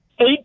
eight